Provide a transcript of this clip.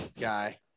guy